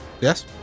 Yes